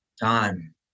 time